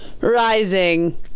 Rising